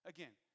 Again